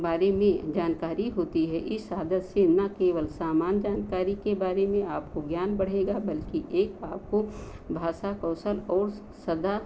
बारे में जानकारी होती है इस आदत से न केवल सामान जानकारी के बारे में आपको ज्ञान बढ़ेगा बल्कि एक आपको भाषा कौशल और सदा